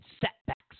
setbacks